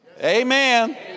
Amen